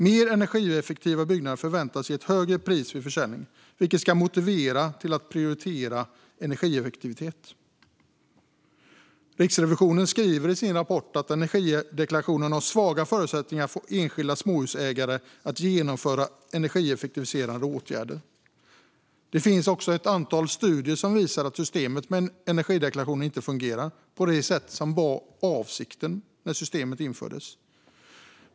Mer energieffektiva byggnader förväntas ge ett högre pris vid försäljning, vilket ska motivera fastighetsägarna att prioritera energieffektivitet. Riksrevisionen skriver i sin rapport att energideklarationen har svaga förutsättningar att få enskilda småhusägare att genomföra energieffektiviserande åtgärder. Det finns också ett antal studier som visar att systemet med energideklarationer inte fungerar på det sätt som var avsikten när det infördes.